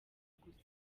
gusa